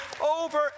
over